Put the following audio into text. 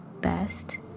best